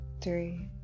three